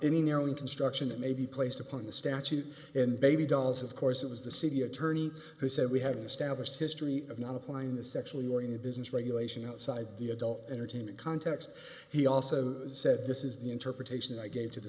any narrowing construction that may be placed upon the statute and baby dolls of course it was the city attorney who said we have an established history of not applying the sexually oriented business regulation outside the adult entertainment context he also said this is the interpretation i gave to the